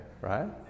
right